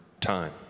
time